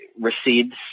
recedes